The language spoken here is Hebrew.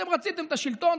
אתם רציתם את השלטון,